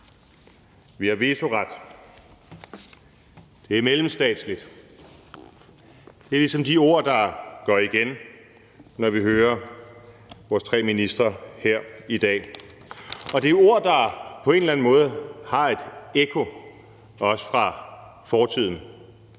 vi har vetoret, det er mellemstatsligt. Det er ligesom de ord, der går igen, når vi hører vores tre ministre her i dag, og det er også nogle ord, der på en eller anden måde har et ekko fra fortiden.